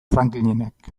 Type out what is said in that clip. franklinek